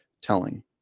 telling